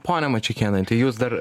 ponia mačeikėnaite jūs dar